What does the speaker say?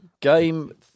game